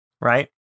right